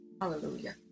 Hallelujah